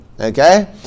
Okay